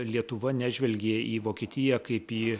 lietuva nežvelgė į vokietiją kaip į